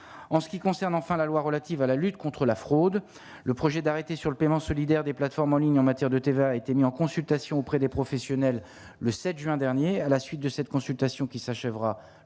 en ce qui concerne enfin la loi relative à la lutte contre la fraude, le projet d'arrêté sur le paiement solidaire des plateformes en ligne en matière de TVA a été mis en consultation auprès des professionnels, le 7 juin dernier à la suite de cette consultation qui s'achèvera le 5 juillet